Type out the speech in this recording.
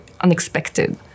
unexpected